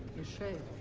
michel